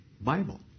Bible